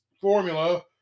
formula